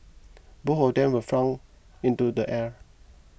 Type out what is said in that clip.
both of them were flung into the air